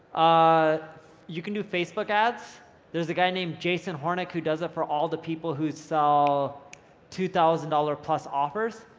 ah you can do facebook ads there's a guy named jason hornick, who does it for all the people who sell two thousand dollars plus offers,